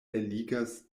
eligas